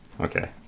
Okay